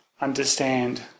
understand